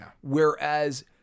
Whereas